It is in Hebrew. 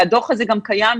והדוח הזה גם קיים,